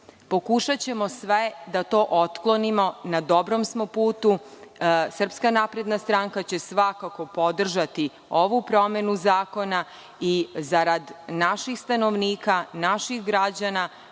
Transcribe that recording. Pokušaćemo sve da to otklonimo. Na dobrom smo putu, SNS će svakako podržati ovu promenu zakona i zarad naših stanovnika, naših građana,